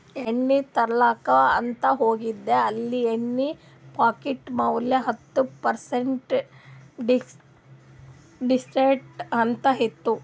ಎಣ್ಣಿ ತರ್ಲಾಕ್ ಅಂತ್ ಹೋಗಿದ ಅಲ್ಲಿ ಎಣ್ಣಿ ಪಾಕಿಟ್ ಮ್ಯಾಲ ಹತ್ತ್ ಪರ್ಸೆಂಟ್ ಡಿಸ್ಕೌಂಟ್ ಅಂತ್ ಇತ್ತು